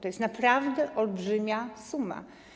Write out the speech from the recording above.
To jest naprawdę olbrzymia suma.